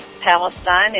Palestine